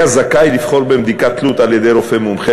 היה זכאי לבחור בין בדיקת תלות על-ידי רופא מומחה